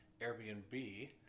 Airbnb